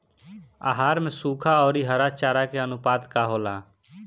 आहार में सुखा औरी हरा चारा के आनुपात का होला?